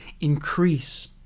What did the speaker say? increase